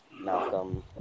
Malcolm